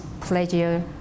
pleasure